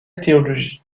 théologie